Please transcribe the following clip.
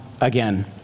again